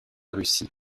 russie